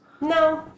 No